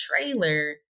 trailer